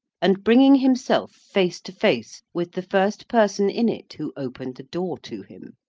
and bringing himself face to face with the first person in it who opened the door to him.